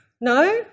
No